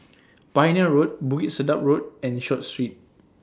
Pioneer Road Bukit Sedap Road and Short Street